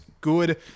good